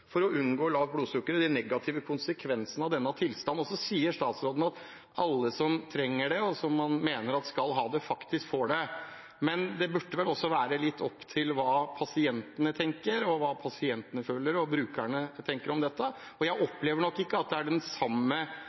for å unngå lavt blodsukker og de negative konsekvensene av denne tilstanden. Statsråden sier at alle som trenger det, og som man mener skal ha det, får det. Men det burde vel også være litt opp til hva pasientene og brukerne tenker og føler om dette. Jeg opplever nok ikke at det er den samme